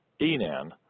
Enan